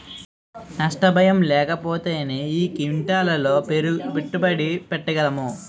నష్ట భయం లేకపోతేనే ఈక్విటీలలో పెట్టుబడి పెట్టగలం